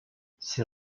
ces